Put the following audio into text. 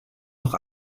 noch